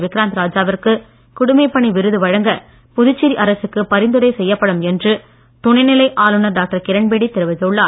விக்ராந்த் ராஜாவிற்கு குடிமைப்பணி விருது வழங்க புதுச்சேரி அரசுக்கு பரிந்துரை செய்யப்படும் என்று துணைநிலை ஆளுநர் டாக்டர் கிரண்பேடி தெரிவித்துள்ளார்